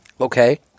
okay